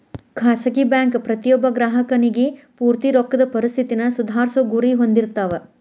ಖಾಸಗಿ ಬ್ಯಾಂಕ್ ಪ್ರತಿಯೊಬ್ಬ ಗ್ರಾಹಕನಿಗಿ ಪೂರ್ತಿ ರೊಕ್ಕದ್ ಪರಿಸ್ಥಿತಿನ ಸುಧಾರ್ಸೊ ಗುರಿ ಹೊಂದಿರ್ತಾವ